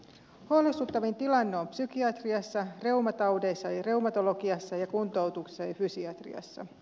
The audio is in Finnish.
huolestuttavin tilanne on psykiatriassa reumataudeissa eli reumatologiassa ja kuntoutuksessa ja fysiatriassa